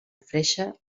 freixe